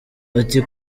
ati